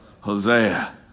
Hosea